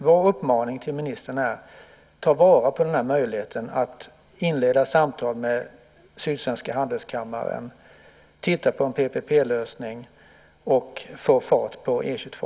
Vår uppmaning till ministern är: Ta vara på den här möjligheten att inleda samtal med Sydsvenska handelskammaren, titta på en PPP-lösning och få fart på E 22!